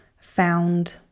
found